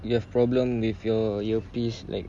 you have problem with your earpiece like